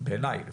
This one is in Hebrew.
בעיני לפחות.